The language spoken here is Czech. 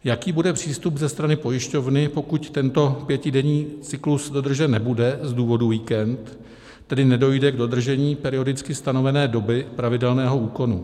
Jaký bude přístup ze strany pojišťovny, pokud tento pětidenní cyklus dodržen nebude z důvod víkend, tedy nedojde k dodržení periodicky stanovené doby pravidelného úkonu.